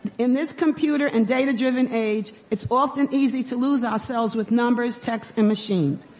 in this computer and data driven age, it's often easy to lose ourselves with numbers, texts, and machines,